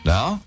Now